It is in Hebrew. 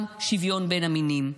גם שוויון בין המינים: